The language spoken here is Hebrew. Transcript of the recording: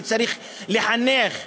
וצריך לחנך לסובלנות,